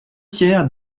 tiers